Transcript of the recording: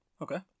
okay